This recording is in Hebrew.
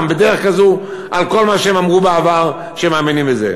בדרך כזאת על כל מה שהם אמרו בעבר שהם מאמינים בו.